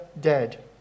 dead